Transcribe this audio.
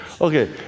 Okay